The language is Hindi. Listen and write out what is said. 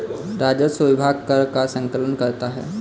राजस्व विभाग कर का संकलन करता है